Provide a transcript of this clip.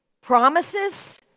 Promises